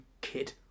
kid